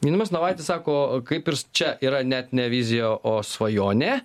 gediminas navaitis sako kaip ir čia yra net ne vizija o svajonė